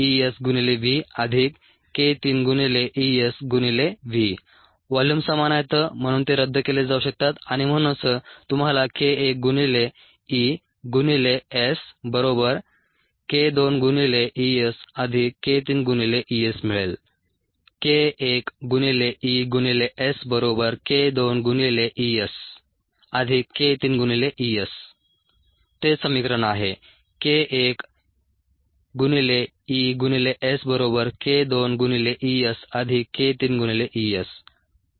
k1ESVk2ESVk3ESV volume समान आहेत म्हणून ते रद्द केले जाऊ शकतात आणि म्हणूनच तुम्हाला k 1 गुणिले E गुणिले S बरोबर k 2 गुणिले E S अधिक k 3 गुणिले E S मिळेल